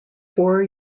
four